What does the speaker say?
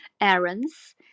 errands